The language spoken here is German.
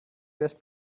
wärst